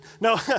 No